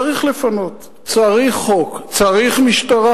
צריך לפנות, צריך חוק, צריך משטרה.